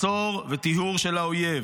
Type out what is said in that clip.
מצור וטיהור של האויב.